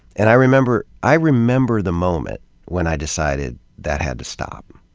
and i remember i remember the moment when i decided that had to stop.